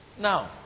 Now